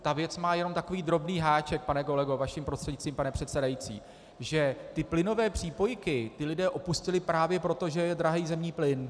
Ta věc má jenom takový drobný háček, pane kolego, vaším prostřednictvím, pane předsedající, že ty plynové přípojky lidé opustili právě proto, že je drahý zemní plyn.